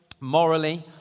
morally